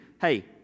hey